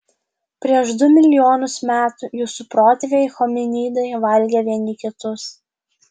prieš du milijonus metų jūsų protėviai hominidai valgė vieni kitus